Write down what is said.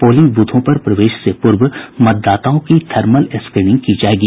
polling ब्रथों पर प्रवेश से पूर्व मतदाताओं की थर्मल स्क्रीनिंग की जायेगी